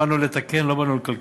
באנו לתקן, לא באנו לקלקל.